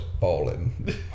falling